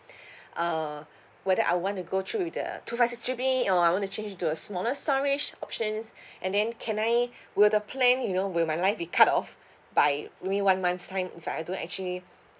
uh whether I want to go through with the two five six G_B or I want to change it to a smaller storage options and then can I will the plan you know will my line be cut off by maybe one month time if I don't actually